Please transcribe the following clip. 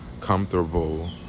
comfortable